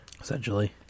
Essentially